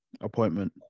Appointment